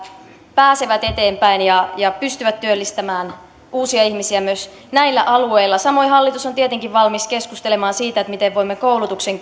pääsevät eteenpäin ja ja pystyvät työllistämään uusia ihmisiä myös näillä alueilla samoin hallitus on tietenkin valmis keskustelemaan siitä miten voimme koulutuksen